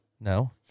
No